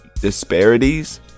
disparities